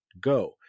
go